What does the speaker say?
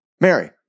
Mary